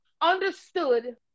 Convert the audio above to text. understood